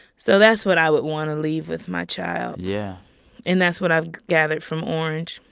so that's what i would want to leave with my child yeah and that's what i've gathered from orange.